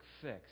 fix